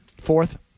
Fourth